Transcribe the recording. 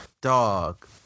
dog